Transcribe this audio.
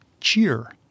Cheer